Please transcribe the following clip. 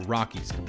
Rockies